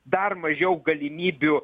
dar mažiau galimybių